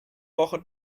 woche